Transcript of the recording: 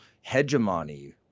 hegemony